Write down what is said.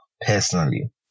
personally